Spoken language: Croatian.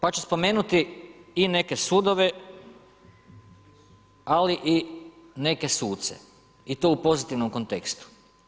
Pa ću spomenuti i neke sudove, ali i neke suce i to u pozitivnom kontekstu.